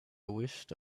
wished